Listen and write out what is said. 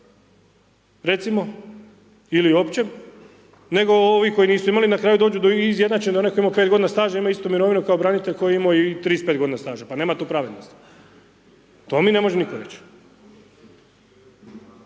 recimo, ili općem nego ovi koji su nisu imali, na kraju dođu da izjednače na onog tko je imao 5 g. staža, imaju istu mirovinu kao branitelj koji je imao i 35 g. staža. Pa nema tu pravednosti. To mi ne može nitko reći.